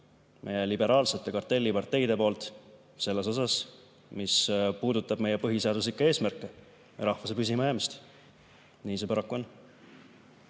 liberaalsete kartelliparteide poolt selles suhtes, mis puudutab meie põhiseaduslikke eesmärke ja rahvuse püsimajäämist. Nii see paraku on.